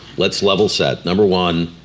let's level set. number one,